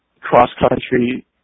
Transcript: cross-country